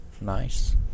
nice